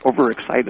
overexcited